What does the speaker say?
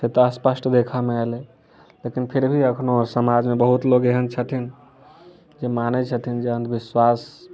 से तऽ स्पष्ट देखए मे एलै लेकिन फिर भी अखनो समाज मे बहुत लोग एहन छथिन जे मानै छथिन जे अन्धविश्वास